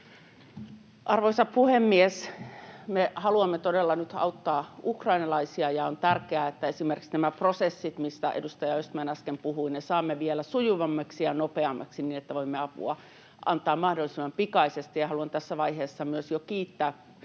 Arvoisa puhemies! Me haluamme todella nyt auttaa ukrainalaisia, ja on tärkeää, että esimerkiksi nämä prosessit, mistä edustaja Östman äsken puhui, saadaan vielä sujuvammiksi ja nopeammiksi niin, että voimme apua antaa mahdollisimman pikaisesti. Ja haluan tässä vaiheessa myös jo kiittää